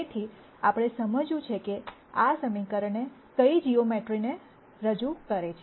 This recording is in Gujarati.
તેથી આપણે સમજવું છે કે આ સમીકરણ કઈ જીઓમેટ્રિને રજૂ કરે છે